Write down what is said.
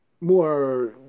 more